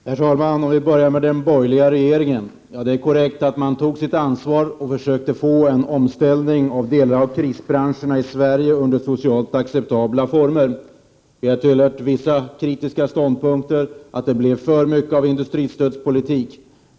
Herr talman! Det är korrekt att den borgerliga regeringen tog sitt ansvar och försökte få en omställning av delar av krisbranscherna i Sverige under socialt acceptabla former. Vi har hört vissa kritiska ståndpunkter, att det blev för mycket av industristödspolitik.